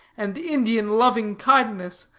and indian loving-kindness,